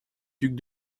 duc